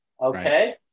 okay